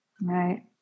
Right